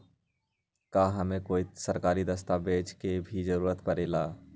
का हमे कोई सरकारी दस्तावेज के भी जरूरत परे ला?